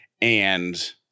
and-